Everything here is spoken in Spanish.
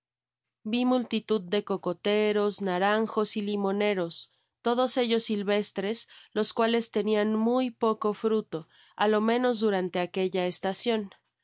vi multitud de cocoteros naranjos y limoneros todos ellos silvestres los cuales tenian muy poco fruto á lo menos datante aquella estacion